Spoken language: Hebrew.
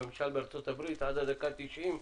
בממשל בארה"ב עד הדקה ה-90,